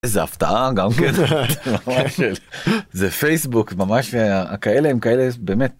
איזה הפתעה גם כן! - הא הא הא - זה פייסבוק, ממש, כאלה.. הם כאלה... באמת.